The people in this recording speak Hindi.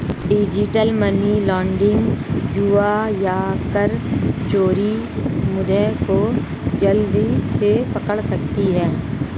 डिजिटल मनी लॉन्ड्रिंग, जुआ या कर चोरी मुद्दे को जल्दी से पकड़ सकती है